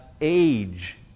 age